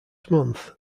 month